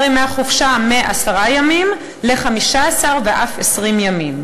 ימי החופשה מעשרה ימים ל-15 ואף ל-20 ימים.